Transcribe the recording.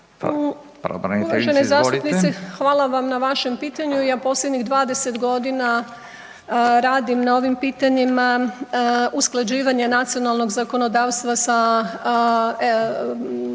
Uvaženi zastupnici hvala vam na vašem pitanju, ja posljednjih 20 godina radim na ovim pitanjima, usklađivanje nacionalnog zakonodavstva sa